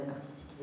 artistique